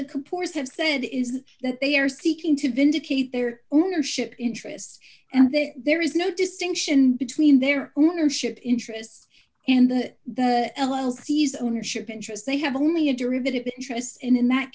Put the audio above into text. the kapoor's have said is that they are seeking to vindicate their ownership interests and that there is no distinction between their ownership interests in the the l o l c's ownership interest they have only a derivative interest in that